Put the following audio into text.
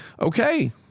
okay